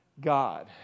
God